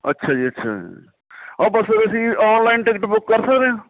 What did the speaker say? ਅੱਛਾ ਜੀ ਅੱਛਾ ਹਾਂ ਬਸ ਫੇਰ ਅਸੀਂ ਆਨਲਾਈਨ ਟਿਕਟ ਬੁੱਕ ਕਰ ਸਕਦੇ ਹਾਂ